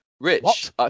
Rich